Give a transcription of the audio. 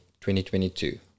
2022